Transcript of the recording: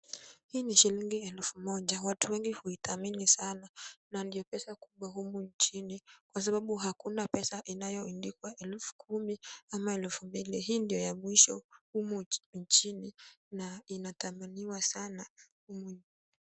Hii ni shilingi elfu moja, watu wengi huithamini sana na ndio pesa kubwa humu nchini kwa sababu hakuna pesa inayoandikwa elfu kumi au elfu mbili. Hii ndio ya mwisho humu nchini na inathaminiwa sana humu.